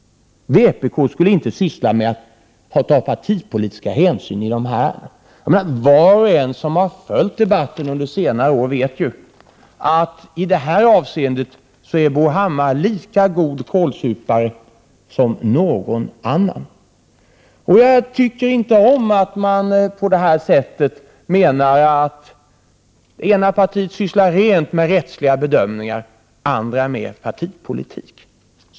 Vpk skulle inte syssla med att ta partipolitiska hänsyn i dessa ärenden. Var och en som har följt debatten under senare år vet ju att i det här avseendet är Bo Hammar lika god kålsupare som någon annan. Jag tycker inte om att man på detta sätt menar att det ena partiet sysslar med helt rättsliga bedömningar, andra partier med mer partipolitik.